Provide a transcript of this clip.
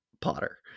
Potter